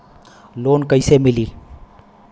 Loan कईसे मिली?